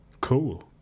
cool